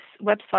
website